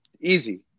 Easy